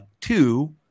Two